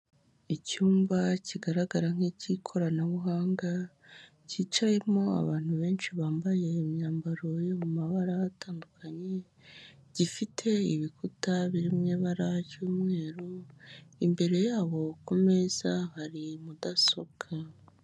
Icyumba kigaragara nki'icy'koranabuhanga, cyicayemo abantu benshi bambaye imyambaro yo mu mabara atandukanye, gifite ibikuta biri mu ibara ry'umweru, imbere yabo ku meza hari mudasobwa.